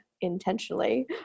intentionally